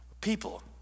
People